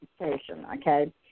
okay